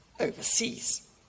overseas